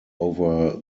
over